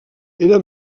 era